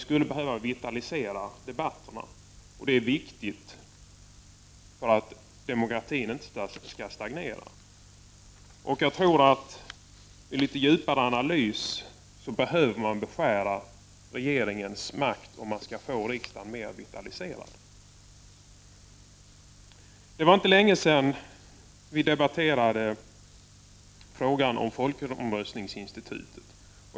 Att vitalisera debatterna är viktigt för att demokratin inte skall stagnera. Jag tror att man vid en litet djupare analys kommer fram till att det är nödvändigt att beskära regeringens makt för att riksdagen skall bli — Prot. 1989/90:36 mer vitaliserad. 30 november 1989 Det var inte länge sedan vi debatterade frågan om folkomröstningsinstitu 2 A tet.